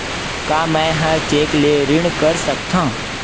का मैं ह चेक ले ऋण कर सकथव?